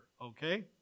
okay